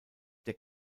der